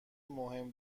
مهم